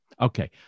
Okay